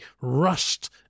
rushed